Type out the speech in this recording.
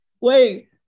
wait